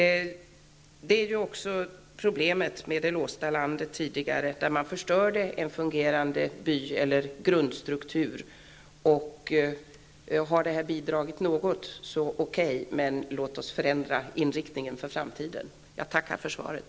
Det var också problemet med det tidigare låsta landet. En fungerande by eller grundstruktur förstördes ju. Om det som här gjorts har bidragit något är det okej. Men låt oss se till att inriktningen för framtiden förändras! Jag tackar alltså för svaret.